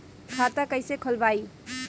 खाता कईसे खोलबाइ?